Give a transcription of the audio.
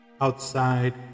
outside